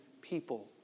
people